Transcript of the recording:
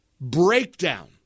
breakdown